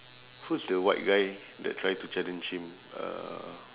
who's the white guy that try to challenge him uh